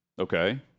Okay